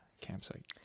campsite